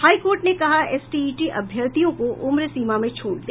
high court ने कहा STET अभ्यर्थियों को उम्र सीमा में छूट दे